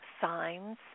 signs